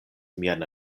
mian